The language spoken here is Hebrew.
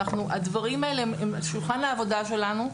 הדברים האלה הם על שולחן העבודה שלנו.